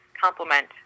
complement